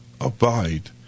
Abide